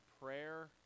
prayer